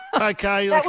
Okay